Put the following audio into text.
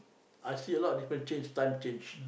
I see a lot of different change time change